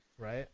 right